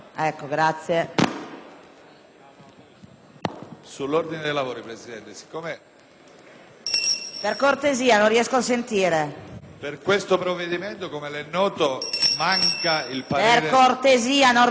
perché non riesco a sentire il senatore Legnini.